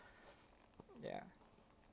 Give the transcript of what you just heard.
ya